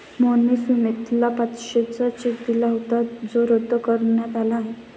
मोहनने सुमितला पाचशेचा चेक दिला होता जो रद्द करण्यात आला आहे